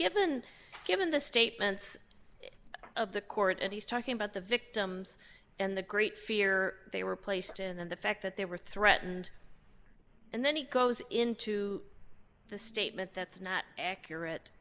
given given the statements of the court and he's talking about the victims and the great fear they were placed in and the fact that they were threatened and then he goes into the statements that's not accurate